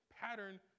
pattern